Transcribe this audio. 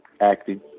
acting